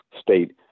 state